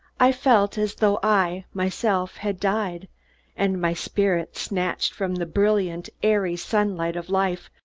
i felt as though i, myself, had died and my spirit, snatched from the brilliant, airy sunlight of life,